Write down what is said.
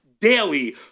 daily